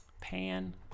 Pan